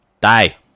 Die